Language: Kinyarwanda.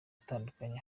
atandukanye